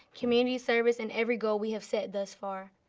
community service and every goal we have said thus far.